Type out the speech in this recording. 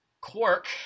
Quark